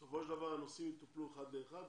בסופו של דבר הנושאים יטופלו אחד לאחד,